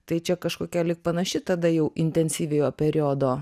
tai čia kažkokia lyg panaši tada jau intensyviojo periodo